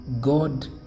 God